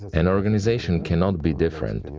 and organization can not be different, and